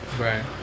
Right